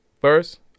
First